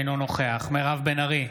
אינו נוכח מירב בן ארי,